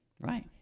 right